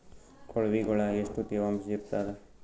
ಕೊಳವಿಗೊಳ ಎಷ್ಟು ತೇವಾಂಶ ಇರ್ತಾದ?